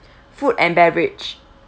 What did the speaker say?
food and beverage